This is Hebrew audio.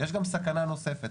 יש גם סכנה נוספת,